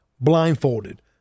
blindfolded